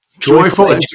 Joyful